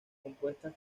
compuestas